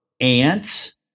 ants